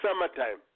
summertime